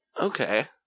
Okay